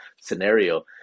scenario